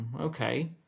okay